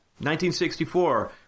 1964